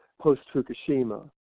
post-Fukushima